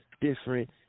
different